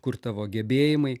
kur tavo gebėjimai